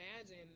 imagine